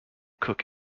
cook